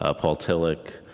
ah paul tillich,